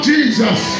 Jesus